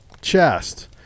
chest